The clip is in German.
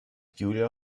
julia